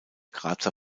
grazer